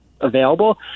available